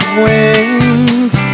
wings